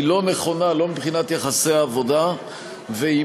היא לא נכונה מבחינת יחסי העבודה והיא